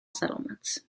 settlements